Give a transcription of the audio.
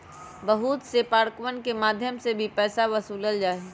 बहुत से पार्कवन के मध्यम से भी पैसा वसूल्ल जाहई